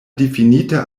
difinita